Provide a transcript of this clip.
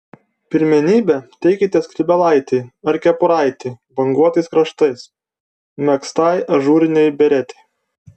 pirmenybę teikite skrybėlaitei ar kepuraitei banguotais kraštais megztai ažūrinei beretei